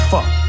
Fuck